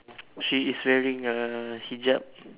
she is wearing a hijab